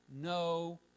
no